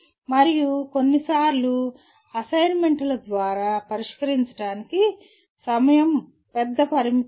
మరియు కొన్నిసార్లు అసైన్మెంట్ల ద్వారా పరిష్కరించడానికి సమయం పెద్ద పరిమితి కాదు